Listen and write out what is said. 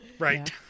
Right